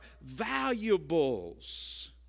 valuables